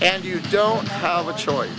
and you don't have a choice